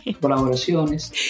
colaboraciones